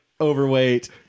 overweight